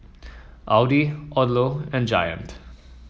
Audi Odlo and Giant